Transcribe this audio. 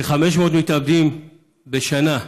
כ-500 מתאבדים בשנה,